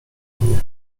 mnie